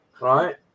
right